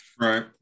right